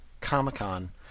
Comic-Con